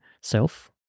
self